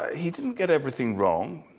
he didn't get everything wrong,